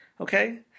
Okay